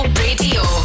radio